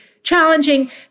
challenging